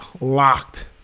locked